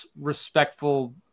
respectful